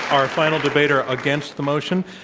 our final debater against the motion,